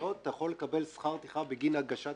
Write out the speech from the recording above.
תביעות אתה יכול לקבל שכר טרחה בגין הגשת